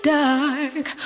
dark